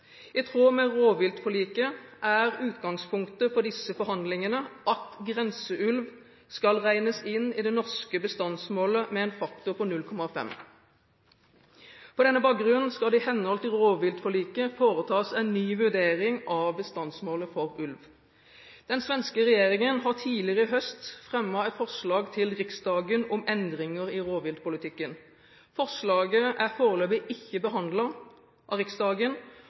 I tråd med rovviltforliket er utgangspunktet for disse forhandlingene at grenseulv skal regnes inn i det norske bestandsmålet med en faktor på 0,5. På denne bakgrunn skal det i henhold til rovviltforliket foretas en ny vurdering av bestandsmålet for ulv. Den svenske regjeringen har tidligere i høst fremmet et forslag for Riksdagen om endringer i rovviltpolitikken. Forslaget er foreløpig ikke behandlet av Riksdagen,